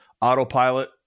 autopilot